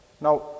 Now